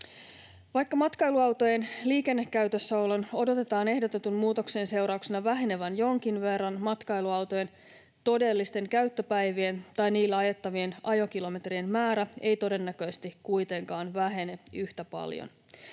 Vaikka matkailuautojen liikennekäytössäolon odotetaan ehdotetun muutoksen seurauksena vähenevän jonkin verran, matkailuautojen todellisten käyttöpäivien tai niillä ajettavien ajokilometrien määrä ei todennäköisesti kuitenkaan vähene yhtä paljon.